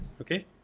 okay